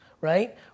right